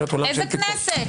איזה כנסת?